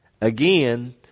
again